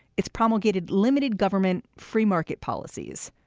it's promulgated limited government, free market policies,